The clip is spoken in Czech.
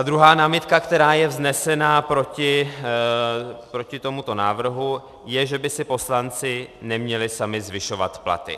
Druhá námitka, která je vznesena proti tomuto návrhu, je, že by si poslanci neměli sami zvyšovat platy.